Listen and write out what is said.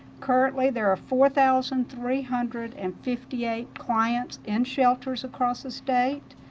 currently there are four thousand three hundred and fifty eight clients in shelters across the state.